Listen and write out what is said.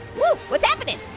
what's happening?